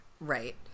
Right